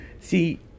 See